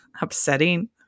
upsetting